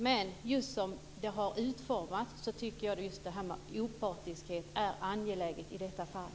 Men just med tanke på hur det hela har utvecklats tycker jag att just detta med opartiskhet är angeläget i detta fall.